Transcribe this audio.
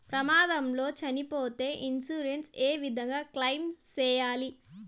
ప్రమాదం లో సచ్చిపోతే ఇన్సూరెన్సు ఏ విధంగా క్లెయిమ్ సేయాలి?